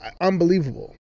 unbelievable